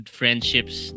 friendships